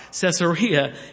Caesarea